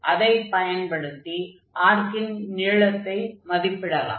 அதைப் பயன்படுத்தி ஆர்க்கின் நீளத்தை மதிப்பிடலாம்